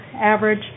average